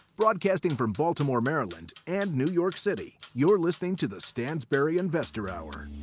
broadcasting from baltimore, maryland, and new york city, you're listening to the stansberry investor hour.